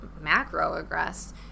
macroaggress